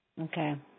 Okay